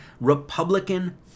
republican